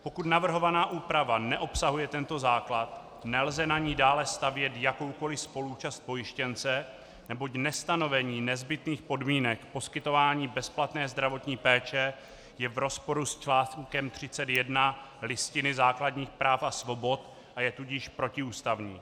Pokud navrhovaná úprava neobsahuje tento základ, nelze na ní dále stavět jakoukoliv spoluúčast pojištěnce, neboť nestanovení nezbytných podmínek k poskytování bezplatné zdravotní péče je v rozporu s článkem 31 Listiny základních práv a svobod, a je tudíž protiústavní.